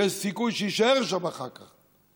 יש סיכוי שיישאר שם אחר כך.